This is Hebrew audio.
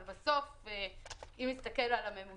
אבל אם נסתכל על הממוצע,